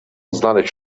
znaleźć